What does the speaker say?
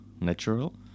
natural